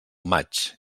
maig